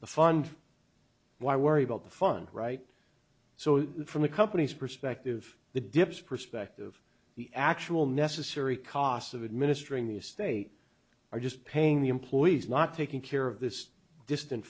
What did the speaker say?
the fund why worry about the fun right so from the company's perspective the dips perspective the actual necessary costs of administering the estate are just paying the employees not taking care of this distant